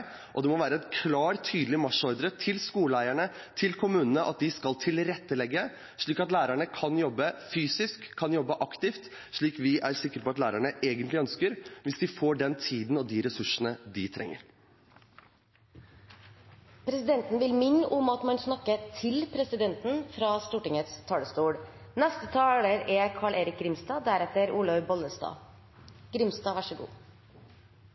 Og det må være en klar og tydelig marsjordre til skoleeierne, til kommunene, om at de skal tilrettelegge slik at lærerne kan jobbe fysisk og aktivt, slik vi er sikre på at lærerne egentlig ønsker hvis de får den tiden og de ressursene de trenger. Presidenten vil minne om at man snakker til presidenten fra Stortingets talerstol.